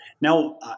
Now